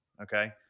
Okay